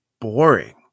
boring